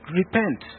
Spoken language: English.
repent